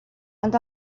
and